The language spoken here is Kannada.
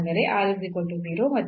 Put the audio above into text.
ಅಂದರೆ ಮತ್ತು